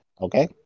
okay